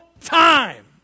time